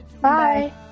Bye